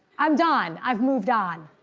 i'm done, i've moved on.